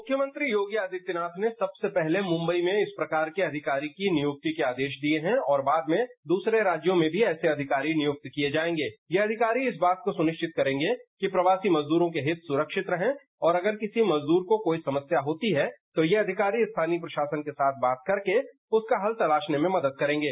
मुख्यमंत्री योगी आदित्यनाथ ने सबसे पहले मुंबई में इस प्रकार के अविकारी की नियुक्ति के आदेश दिए हैं और बाद में दूसरे राज्यों में भी ऐसे अधिकारी नियुक्त किए जाएंगे यह अधिकारी इस बात को सुनिश्चित करेंगे कि प्रवासी मजदूरों के हित सुरक्षित रहे और अगर किसी मजदूर को कोई समस्या होती है तो यह अधिकारी स्थानीय प्रशासन के साथ बात करके उसका हल तलाशने में मदद करेंगे